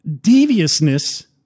deviousness